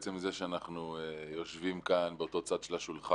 עצם זה שאנחנו יושבים כאן באותו צד של השולחן,